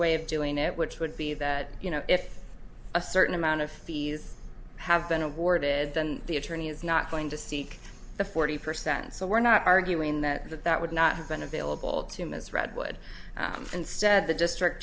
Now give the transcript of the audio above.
way of doing it which would be that you know if a certain amount of fees have been awarded then the attorney is not going to seek the forty percent so we're not arguing that that that would not have been available to miss redwood and said the district